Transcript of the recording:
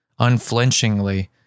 unflinchingly